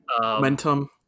momentum